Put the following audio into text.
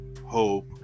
hope